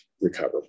recover